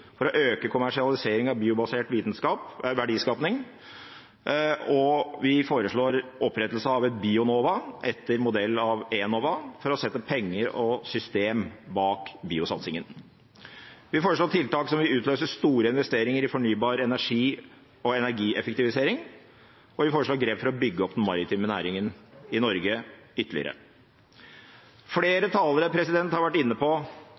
for å øke kommersialisering av biobasert verdiskaping, og vi foreslår opprettelse av et Bionova, etter modell av Enova, for å sette penger og system bak biosatsingen. Vi foreslår tiltak som vil utløse store investeringer i fornybar energi og energieffektivisering. Og vi foreslår grep for å bygge opp den maritime næringen i Norge ytterligere. Flere talere har vært inne på